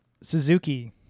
Suzuki